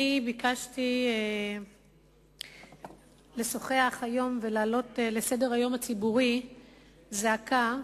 ביקשתי לשוחח היום ולהעלות לסדר-היום הציבורי זעקה,